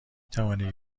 توانید